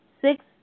six